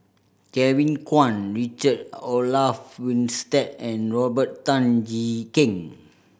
Kevin Kwan Richard Olaf Winstedt and Robert Tan Jee Keng